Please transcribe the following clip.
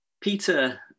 peter